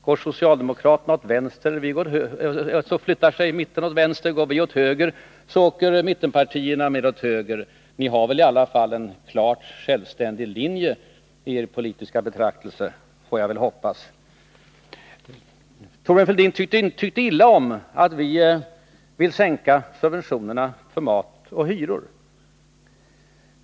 Går socialdemokraterna åt vänster, flyttar sig mitten åt vänster, går vi åt höger, så åker mittenpartierna mer åt höger. Ni har väl i alla fall en klart självständig linje i er politiska betraktelse, hoppas jag. Thorbjörn Fälldin tyckte illa om att vi vill sänka subventionerna för mat och hyror.